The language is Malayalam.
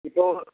ഇപ്പോൾ